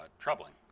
ah troubling.